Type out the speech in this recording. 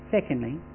Secondly